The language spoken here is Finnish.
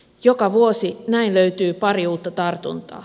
joka vuosi näin löytyy pari uutta tartuntaa